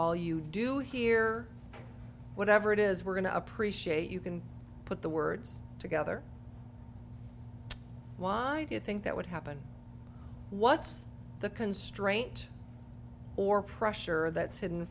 all you do here whatever it is we're going to appreciate you can put the words together why do you think that would happen what's the constraint or pressure that's hidden